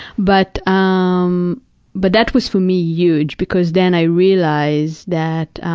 but um but that was for me huge because then i realized that